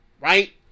Right